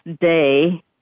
day